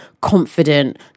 confident